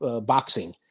boxing